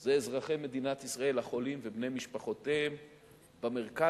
הם אזרחי מדינת ישראל החולים ובני משפחותיהם במרכז,